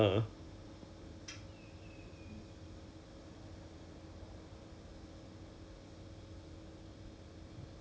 okay okay okay so but but right now no crew has been err has their S_A_P lapsed right